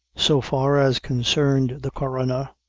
so far as concerned the coroner,